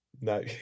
no